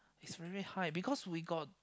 is very high because we got